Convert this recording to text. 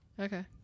Okay